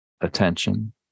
attention